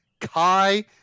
Kai